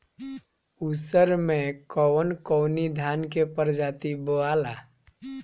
उसर मै कवन कवनि धान के प्रजाति बोआला?